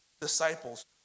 disciples